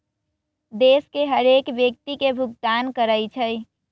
देश के हरेक व्यक्ति के भुगतान करइ छइ